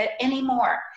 anymore